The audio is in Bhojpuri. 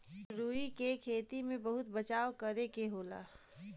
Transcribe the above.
रुई क खेती में बहुत बचाव करे के होला